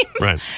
Right